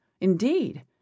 indeed